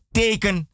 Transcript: teken